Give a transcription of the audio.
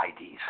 IDs